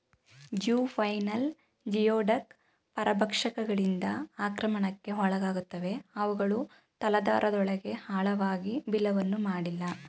juvenile geoduck ಪರಭಕ್ಷಕಗಳಿಂದ ಆಕ್ರಮಣಕ್ಕೆ ಒಳಗಾಗುತ್ತವೆ ಅವುಗಳು ತಲಾಧಾರದೊಳಗೆ ಆಳವಾಗಿ ಬಿಲವನ್ನು ಮಾಡಿಲ್ಲ